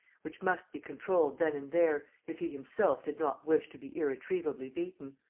which must be controlled then and there, if he himself did not wish to be irretrievably beaten.